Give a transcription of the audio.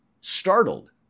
startled